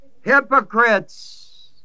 hypocrites